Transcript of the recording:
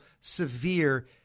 severe